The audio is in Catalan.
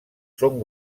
són